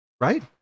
right